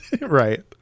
Right